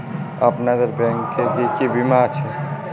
আপনাদের ব্যাংক এ কি কি বীমা আছে?